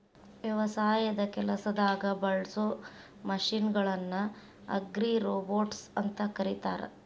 ವ್ಯವಸಾಯದ ಕೆಲಸದಾಗ ಬಳಸೋ ಮಷೇನ್ ಗಳನ್ನ ಅಗ್ರಿರೋಬೊಟ್ಸ್ ಅಂತ ಕರೇತಾರ